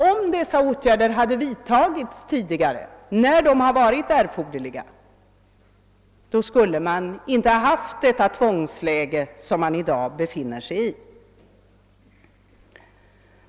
Om dessa åtgärder hade vidtagits tidigare, när de började bli erforderliga, skulle vi inte ha haft det tvångsläge som vi i dag befinner oss i.